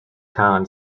khan